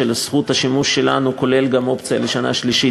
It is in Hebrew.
שזכות השימוש שלנו כוללת גם אופציה לשנה שלישית,